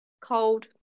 Cold